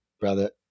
brother